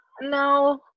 no